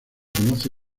conoce